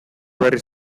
berriz